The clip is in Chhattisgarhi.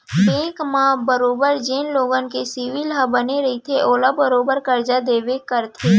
बेंक मन बरोबर जेन लोगन के सिविल ह बने रइथे ओला बरोबर करजा देबे करथे